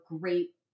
great